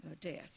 death